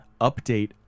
update